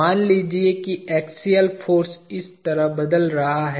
मान लीजिए कि एक्सियल फाॅर्स इस तरह बदल रहा है